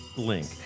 link